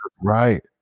Right